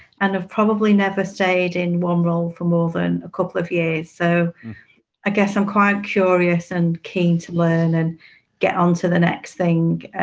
and have probably never stayed in one role for more than a couple of years. so i guess i'm quite curious and keen to learn and get onto the next thing